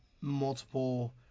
multiple